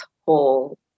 whole